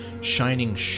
shining